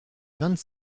vingt